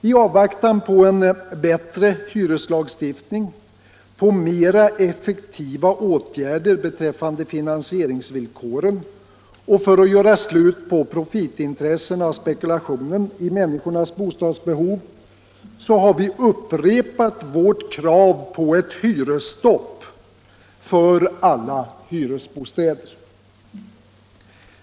I avvaktan på en bättre hyreslagstiftning och på mera effektiva åtgärder beträffande finansieringsvillkoren och för att göra slut på profitintressena och spekulationen i människornas bostadsbehov har vi upprepat vårt krav på ett hyresstopp för alla hyresbostäder.